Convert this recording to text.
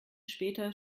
später